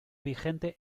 vigente